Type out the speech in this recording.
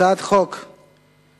הצעת חוק פ/413,